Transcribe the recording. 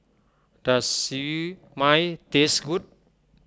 does Siew Mai taste good